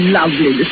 lovely